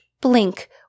blink